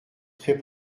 très